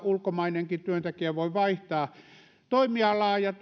ulkomainenkin työntekijä voi vaihtaa toimialaa ja